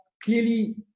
clearly